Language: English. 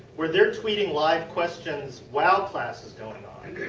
where they are tweeting live questions while class is going on.